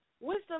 Wisdom